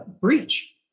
breach